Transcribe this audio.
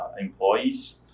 employees